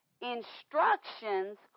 instructions